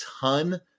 ton